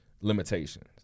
limitations